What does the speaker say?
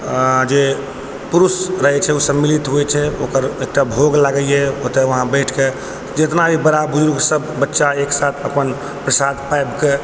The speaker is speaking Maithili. जे पुरुष रहै छै ओ सम्मिलित होइ छै ओकर एकटा भोग लागैया ओतय वहाँ बठि कऽ जितना भी बच्चा बुजुर्ग सब एक साथ अपन प्रसाद पाबि कऽ